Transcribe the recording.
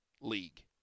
league